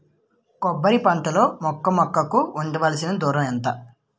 కొబ్బరి పంట లో మొక్క మొక్క కి ఉండవలసిన దూరం ఎంత